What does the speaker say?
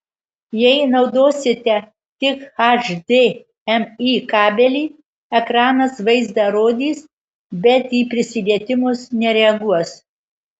jei naudosite tik hdmi kabelį ekranas vaizdą rodys bet į prisilietimus nereaguos